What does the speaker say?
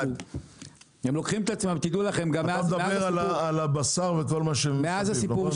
אתה מדבר על הבשר וכל מה שמסביב, נכון?